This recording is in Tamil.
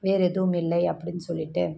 வேறு எதுவும்மில்லை அப்படினு சொல்லிட்டு